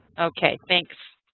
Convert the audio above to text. okay. thanks.